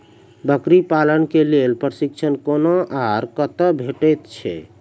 बकरी पालन के लेल प्रशिक्षण कूना आर कते भेटैत छै?